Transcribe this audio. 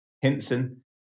Hinson